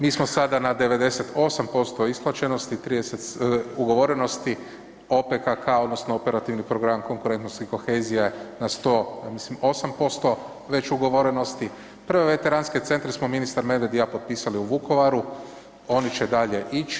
Mi smo sada na 98% isplaćenosti, 30, ugovorenosti, OPKK odnosno Operativni program Konkurentnost i kohezija je na 100, ja mislim 8% već ugovorenosti, prve veteranske centre smo ministar Medved i ja potpisali u Vukovaru, oni će dalje ići.